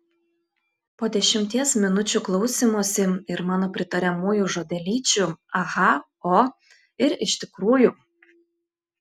po dešimties minučių klausymosi ir mano pritariamųjų žodelyčių aha o ir iš tikrųjų